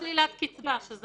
קצבה שזה